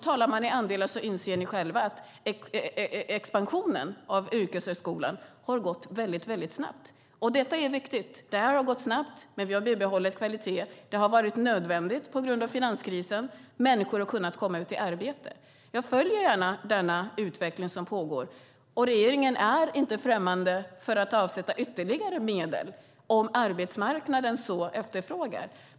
Talar man andelar inser ni själva att expansionen av yrkeshögskolan har gått väldigt snabbt. Detta är viktigt. Det har gått snabbt, men vi har bibehållit kvalitet. Det har varit nödvändigt på grund av finanskrisen. Människor har kunnat komma ut i arbete. Jag följer gärna den utveckling som pågår. Regeringen är inte främmande för att avsätta ytterligare medel om arbetsmarknaden efterfrågar det.